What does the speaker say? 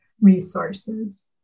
resources